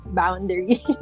boundary